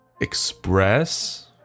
express